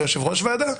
כיושב ראש ועדה.